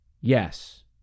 yes